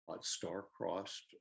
star-crossed